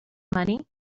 money